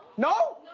no,